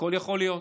הכול יכול להיות.